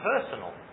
personal